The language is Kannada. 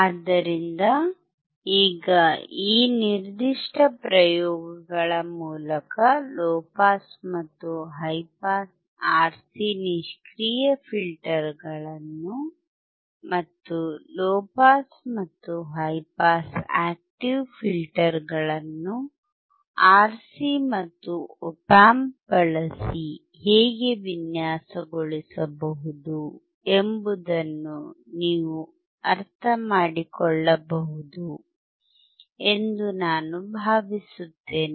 ಆದ್ದರಿಂದ ಈಗ ಈ ನಿರ್ದಿಷ್ಟ ಪ್ರಯೋಗಗಳ ಮೂಲಕ ಲೊ ಪಾಸ್ ಮತ್ತು ಹೈ ಪಾಸ್ RC ನಿಷ್ಕ್ರಿಯ ಫಿಲ್ಟರ್ಗಳನ್ನು ಮತ್ತು ಲೊ ಪಾಸ್ ಮತ್ತು ಹೈ ಪಾಸ್ ಆಕ್ಟಿವ್ ಫಿಲ್ಟರ್ಗಳನ್ನು ಆರ್ಸಿ ಮತ್ತು ಆಪ್ ಆಂಪ್ ಬಳಸಿ ಹೇಗೆ ವಿನ್ಯಾಸಗೊಳಿಸಬಹುದು ಎಂಬುದನ್ನು ನೀವು ಅರ್ಥಮಾಡಿಕೊಳ್ಳಬಹುದು ಎಂದು ನಾನು ಭಾವಿಸುತ್ತೇನೆ